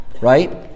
right